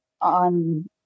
on